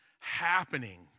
happening